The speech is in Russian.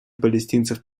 палестинцев